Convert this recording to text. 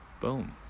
Boom